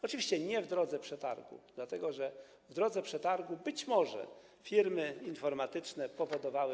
Oczywiście nie w drodze przetargu, dlatego że w drodze przetargu być może firmy informatyczne powodowałyby.